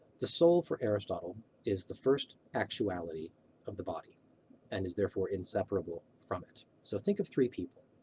the soul for aristotle is the first actuality of the body and is therefore inseparable from it. so think of three people.